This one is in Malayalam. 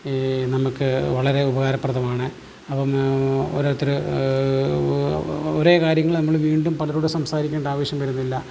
നമുക്ക് വളരെ ഉപകാരപ്രദമാണ് അപ്പം ഓരോരുത്തർ ഒരേ കാര്യങ്ങൾ നമ്മൾ വീണ്ടും പലരോടും സംസാരിക്കേണ്ടാവശ്യം വരുന്നില്ല